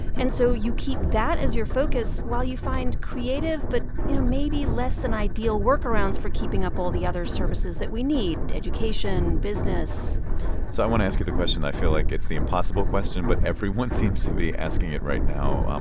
and so you keep that as your focus while you find creative but, you know, maybe less-than-ideal workarounds for keeping up all the other services that we need education, business so i want to ask you the question i feel like it's the impossible question, but everyone seems to be asking it right now. um